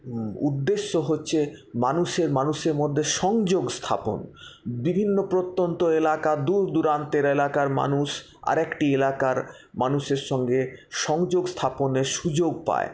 উদ্দেশ্য হচ্ছে মানুষের মানুষের মধ্যে সংযোগ স্থাপন বিভিন্ন প্রত্যন্ত এলাকার দূর দুরান্তের এলাকার মানুষ আরেকটি এলাকার মানুষের সঙ্গে সংযোগস্থাপনের সুযোগ পায়